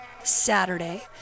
saturday